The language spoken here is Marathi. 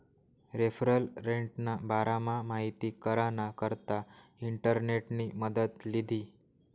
रेफरल रेटना बारामा माहिती कराना करता इंटरनेटनी मदत लीधी